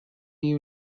you